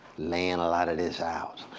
laying a lot of this out.